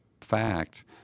fact